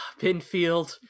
Pinfield